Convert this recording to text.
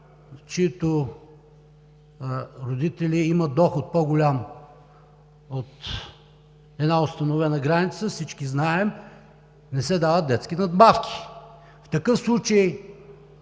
чиито родители имат доход, по-голям от една установена граница, всички знаем, не се дават детски надбавки. В такъв случай